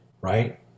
right